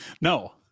No